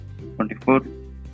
24